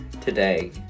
today